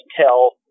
tell